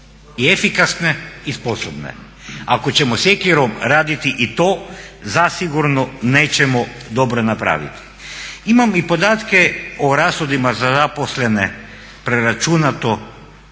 i efikasne i sposobne. Ako ćemo sjekirom raditi i to zasigurno nećemo dobro napraviti. Imam i podatke o rashodima za zaposlene preračunato